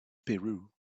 peru